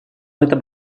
этом